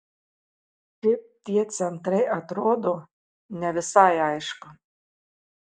kaip tie centrai atrodo ne visai aišku